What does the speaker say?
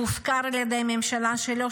הוא הופקר על ידי הממשלה שלו,